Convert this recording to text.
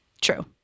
True